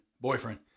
boyfriend